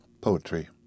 poetry